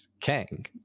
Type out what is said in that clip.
Kang